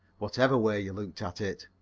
whatever way you looked at it.